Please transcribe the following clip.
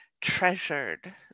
treasured